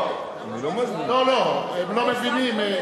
לא, אני לא מזמין.